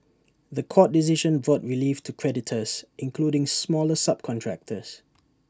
The Court decision brought relief to creditors including smaller subcontractors